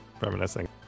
reminiscing